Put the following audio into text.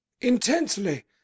Intensely